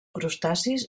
crustacis